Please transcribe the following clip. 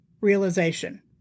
realization